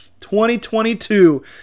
2022